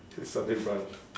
to sunday brunch